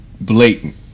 blatant